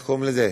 איך קוראים לזה,